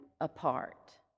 apart